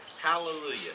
hallelujah